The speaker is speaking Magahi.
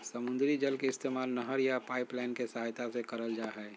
समुद्री जल के इस्तेमाल नहर या पाइपलाइन के सहायता से करल जा हय